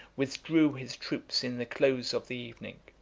withdrew his troops in the close of the evening.